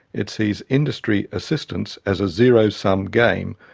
it sees industry assistance as a zero-sum game,